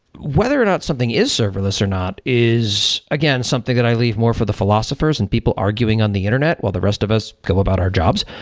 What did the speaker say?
whether or not something is serverless or not is again something that i leave more for the philosophers and people arguing on the internet while the rest of us go about our jobs.